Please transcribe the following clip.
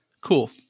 Cool